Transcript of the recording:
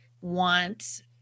want